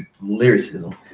Lyricism